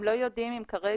הם לא יודעים אם כרגע,